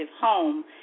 home